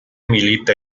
milita